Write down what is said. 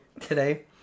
today